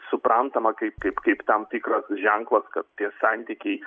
suprantama kaip kaip kaip tam tikrą ženklą kad tie santykiai